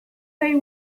they